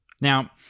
Now